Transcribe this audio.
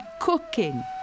cooking